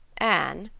anne,